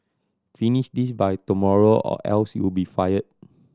finish this by tomorrow or else you'll be fired